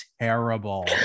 terrible